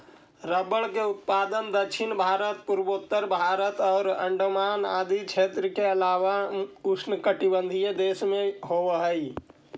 rubber के उत्पादन दक्षिण भारत, पूर्वोत्तर भारत आउ अण्डमान आदि क्षेत्र के अलावा उष्णकटिबंधीय देश में होवऽ हइ